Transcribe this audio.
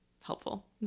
helpful